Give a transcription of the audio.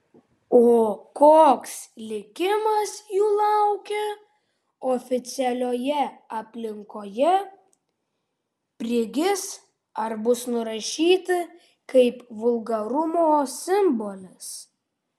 o koks likimas jų laukia oficialioje aplinkoje prigis ar bus nurašyti kaip vulgarumo simbolis